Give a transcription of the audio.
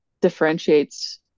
differentiates